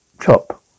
chop